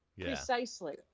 Precisely